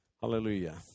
Hallelujah